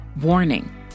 Warning